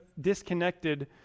disconnected